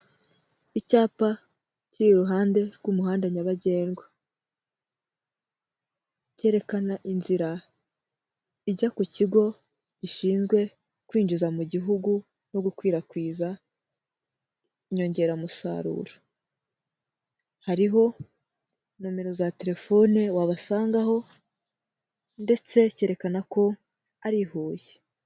Icyapa kiri iruhande rw'umuhanda nyabagendwa, cyerekana inzira ijya ku Kigo gishinzwe kwinjiza mu gihugu no gukwirakwiza inyongeramusaruro; hariho nomero za telefone wabasangaho, ndetse cyerekana ko ari i Huye.